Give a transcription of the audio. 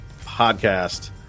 podcast